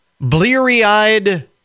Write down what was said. bleary-eyed